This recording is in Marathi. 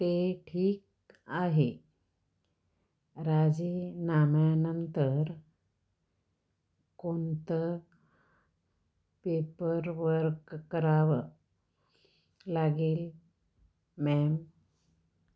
ते ठीक आहे राजीनाम्यानंतर कोणतं पेपरवर्क करावं लागेल मॅम